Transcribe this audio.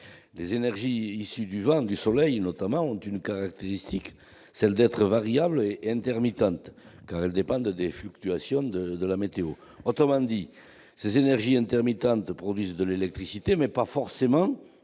Les énergies issues du vent, du soleil, notamment, ont une caractéristique, celle d'être variables et intermittentes, car elles dépendent des fluctuations de la météo. Autrement dit, ces énergies intermittentes produisent de l'électricité, mais pas forcément